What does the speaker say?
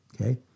okay